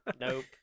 Nope